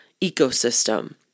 ecosystem